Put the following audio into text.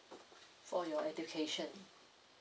for your education